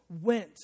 went